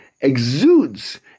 exudes